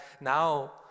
now